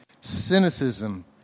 cynicism